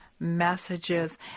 Messages